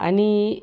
आणि